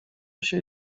się